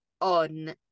on